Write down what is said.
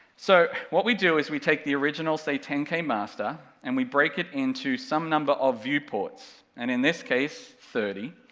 so, what we do is we take the original say ten k master, and we break it into some number of viewports, and in this case, thirty.